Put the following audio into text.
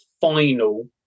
final